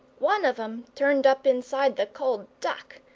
one of em turned up inside the cold duck.